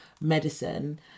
medicine